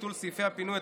ביטול סעיפי הפינוי),